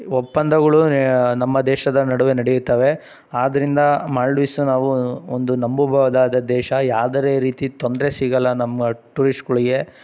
ಒಪ್ಪಂದಗಳು ನಮ್ಮ ದೇಶದ ನಡುವೆ ನಡೆಯುತ್ತವೆ ಆದ್ದರಿಂದ ಮಾಲ್ಡೀವ್ಸನ್ನ ನಾವು ಒಂದು ನಂಬಬಹುದಾದ ದೇಶ ಯಾವ್ದರೇ ರೀತಿ ತೊಂದರೆ ಸಿಗೋಲ್ಲ ನಮ್ಮ ಟೂರಿಶ್ಟ್ಗಳಿಗೆ